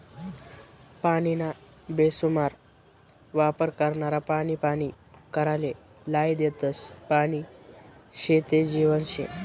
पानीना बेसुमार वापर करनारा पानी पानी कराले लायी देतस, पानी शे ते जीवन शे